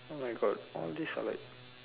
oh my god all these are like